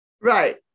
Right